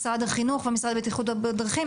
משרד החינוך והרשות לבטיחות בדרכים.